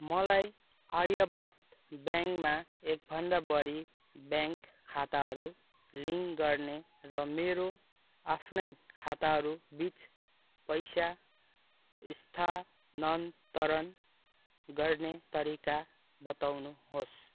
मलाई आर्यव्रत ब्याङ्कमा एकभन्दा बढी ब्याङ्क खाताहरू लिङ्क गर्ने र मेरो आफ्नै खाताहरू बिच पैसा स्थानान्तरण गर्ने तरिका बताउनुहोस्